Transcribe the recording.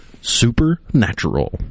Supernatural